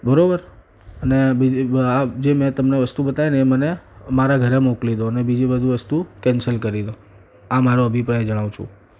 બરાબર અને આ જે મેં તમને વસ્તુઓ બતાવીને એ મને મારા ઘરે મોકલી દો અને બીજી બધી વસ્તુઓ કેન્સલ કરી દો આ મારો અભિપ્રાય જણાવું છું